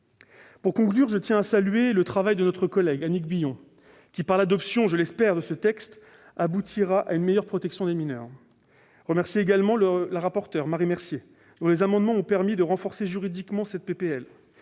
Pour conclure, je tiens à saluer le travail de notre collègue Annick Billon. L'adoption, je l'espère, de ce texte, aboutira à une meilleure protection des mineurs. Je remercie également la rapporteure Marie Mercier, dont les amendements ont permis de renforcer juridiquement cette